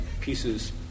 pieces